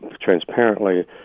transparently